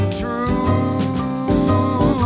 true